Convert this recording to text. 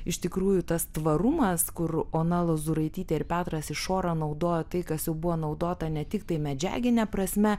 iš tikrųjų tas tvarumas kur ona lozuraitytė ir petras išora naudojo tai kas jau buvo naudota ne tiktai medžiagine prasme